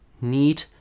need